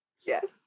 Yes